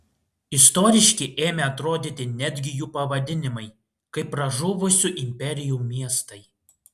istoriški ėmė atrodyti netgi jų pavadinimai kaip pražuvusių imperijų miestai